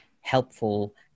helpful